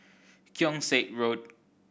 Keong Saik Road